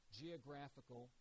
geographical